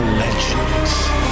legends